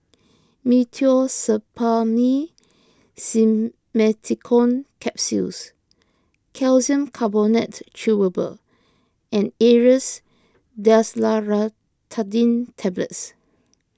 Meteospasmyl Simeticone Capsules Calcium Carbonate Chewable and Aerius Desloratadine Tablets